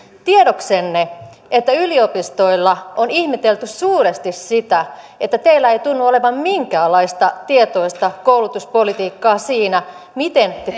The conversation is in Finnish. tiedoksenne että yliopistoilla on ihmetelty suuresti sitä että teillä ei tunnu olevan minkäänlaista tietoista koulutuspolitiikkaa siinä miten te